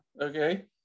okay